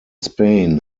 spain